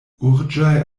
urĝaj